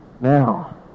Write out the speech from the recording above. Now